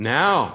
now